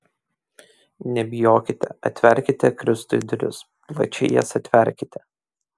nebijokite atverkite kristui duris plačiai jas atverkite